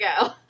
go